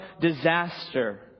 disaster